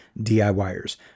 DIYers